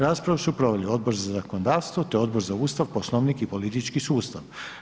Raspravu su proveli Odbor za zakonodavstvo te Odbor za Ustav, Poslovnik i politički sustav.